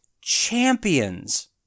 Champions